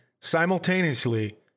simultaneously